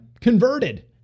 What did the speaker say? converted